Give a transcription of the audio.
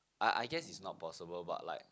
I I guess is not possible but like